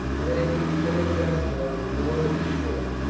let him be turned back for a reward of his shame.